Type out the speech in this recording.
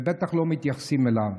ובטח לא מתייחסים אליו.